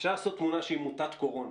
אפשר לעשות תמונה שהיא מוטת קורונה.